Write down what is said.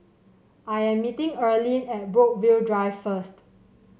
I am meeting Earlene at Brookvale Drive first